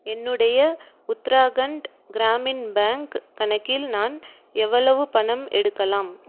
என்னுடைய உத்ராகண்ட் கிராமின் பேங்க் கணக்கில் நான் எவ்வளவு பணம் எடுக்கலாம்